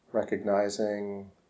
Recognizing